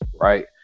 Right